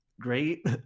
great